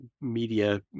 media